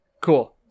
cool